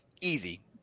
easy